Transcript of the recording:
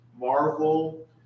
Marvel